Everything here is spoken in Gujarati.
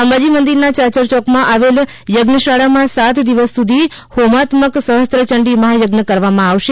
અંબાજી મંદિરના યાચર યોકમાં આવેલ યજ્ઞ શાળામાં સાત દિવસ સુધી હોમાત્મક સહસ્ત્ર યંડી મહાયજ્ઞ કરવામાં આવશે